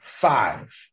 Five